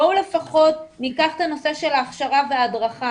לפחות ניקח את הנושא של ההכשרה וההדרכה,